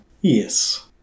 Yes